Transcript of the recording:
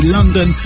London